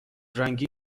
رنگی